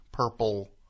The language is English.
purple